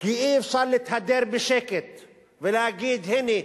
כי אי-אפשר להתהדר בשקט ולהגיד: הנה,